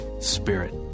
spirit